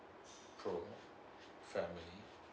pro family